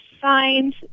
signs